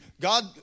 God